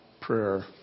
prayer